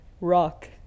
Rock